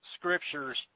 scriptures